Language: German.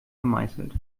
gemeißelt